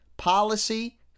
Policy